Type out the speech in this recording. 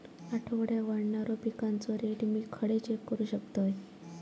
आठवड्याक वाढणारो पिकांचो रेट मी खडे चेक करू शकतय?